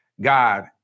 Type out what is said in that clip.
God